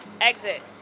exit